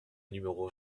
numéro